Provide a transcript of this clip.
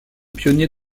pionnier